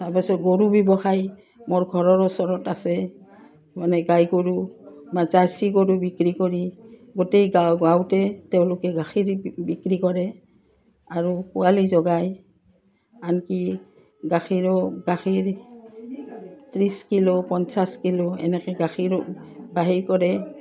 তাৰপাছত গৰু ব্যৱসায় মোৰ ঘৰৰ ওচৰত আছে মানে গাই গৰু বা জাৰ্চি গৰু বিক্ৰী কৰি গোটেই গাঁও গাঁৱতে তেওঁলোকে গাখীৰ বিক্ৰী কৰে আৰু পোৱালি জগায় আনকি গাখীৰো গাখীৰ ত্ৰিছ কিলো পঞ্চাছ কিলো এনেকৈ গাখীৰো বাহিৰ কৰে